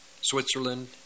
Switzerland